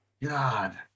God